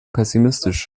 pessimistisch